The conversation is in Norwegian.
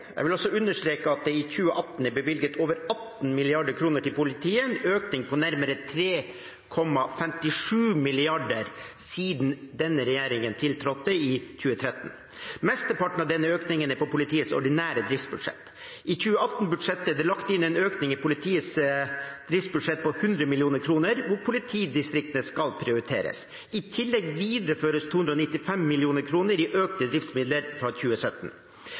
Jeg vil også understreke at det i 2018 er bevilget over 18 mrd. kr til politiet, en økning på nærmere 3,57 mrd. kr siden denne regjeringen tiltrådte i 2013. Mesteparten av denne økningen er på politiets ordinære driftsbudsjett. I 2018-budsjettet er det lagt inn en økning i politiets driftsbudsjett på 100 mill. kr, hvor politidistriktene skal prioriteres. I tillegg videreføres 295 mill. kr i økte driftsmidler fra 2017.